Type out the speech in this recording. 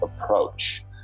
Approach